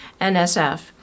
NSF